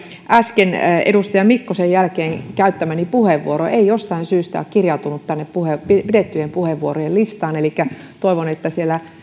äsken edustaja mikkosen jälkeen käyttämäni puheenvuoro ei jostain syystä kirjautunut tänne pidettyjen puheenvuorojen listaan elikkä toivon että siellä